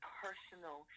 personal